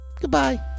Goodbye